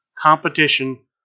Competition